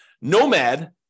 Nomad